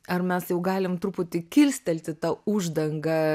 ar mes jau galim truputį kilstelti tą uždangą